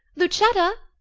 lucetta!